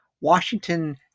Washington